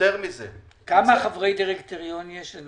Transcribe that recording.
יותר מזה --- כמה חברי דירקטוריון יש?